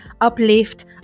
uplift